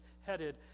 headed